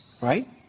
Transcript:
right